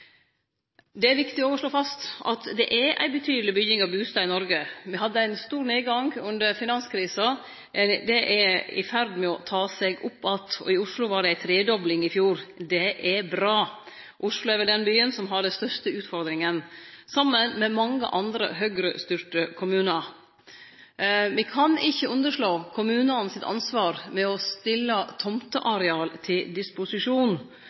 Det er òg viktig å slå fast at det er ei betydeleg bygging av bustader i Noreg. Me hadde ein stor nedgang under finanskrisa. Dette er i ferd med å ta seg opp att. I Oslo var det ei tredobling i fjor. Det er bra. Oslo er vel den byen som har den største utfordringa – saman med mange andre Høgre-styrte kommunar. Me kan ikkje underslå kommunanes ansvar for å stille tomteareal til disposisjon.